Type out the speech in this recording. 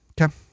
Okay